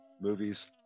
movies